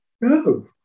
no